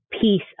piece